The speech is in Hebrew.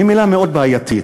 היא מילה מאוד בעייתית,